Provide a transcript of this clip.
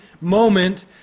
moment